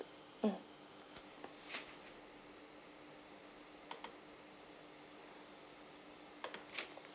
mm